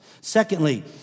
Secondly